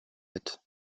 mit